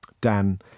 Dan